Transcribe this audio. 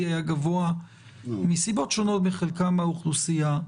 היה גבוה מסיבות שונות מחלקם באוכלוסייה.